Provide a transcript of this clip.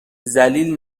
ذلیل